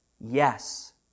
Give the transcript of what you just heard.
yes